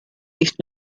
ich